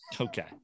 Okay